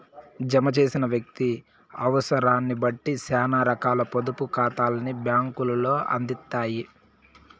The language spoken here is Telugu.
జమ చేసిన వ్యక్తి అవుసరాన్నిబట్టి సేనా రకాల పొదుపు కాతాల్ని బ్యాంకులు అందిత్తాయి